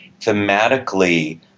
thematically